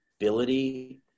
ability